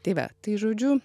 tai va tai žodžiu